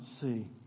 see